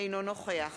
אינו נוכח